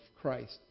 Christ